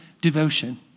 devotion